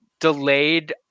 delayed